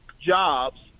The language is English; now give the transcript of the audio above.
jobs